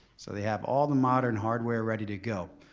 so they have all the modern hardware ready to go.